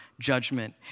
judgment